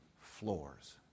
floors